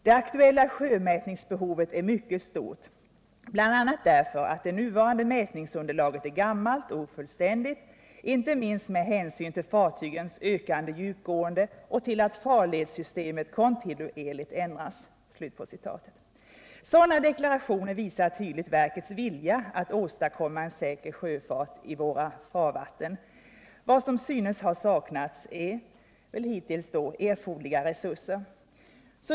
Det aktuella sjömätningsbehovet är mycket stort, bl.a. därför att det nuvarande mäitningsunderlaget är gammalt och ofullständigt, inte minst med hänsyn till fartygens ökade djupgående och till att farledssystemet kontinuerligt ändras.” Sådana deklarationer visar tydligt verkets vilja att åstadkomma en säker sjöfart i våra farvatten. Vad som synes ha saknats hittills är erforderliga resurser.